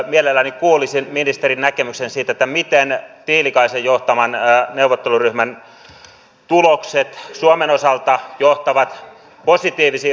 mielelläni kuulisin ministerin näkemyksen siitä miten tiilikaisen johtaman neuvotteluryhmän tulokset suomen osalta johtavat positiivisiin vaikutuksiin